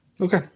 Okay